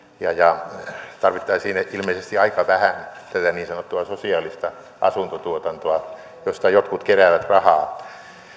tarvittaisiin ilmeisesti aika vähän tätä niin sanottua sosiaalista asuntotuotantoa josta jotkut keräävät rahaa